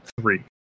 three